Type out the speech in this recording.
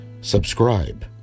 subscribe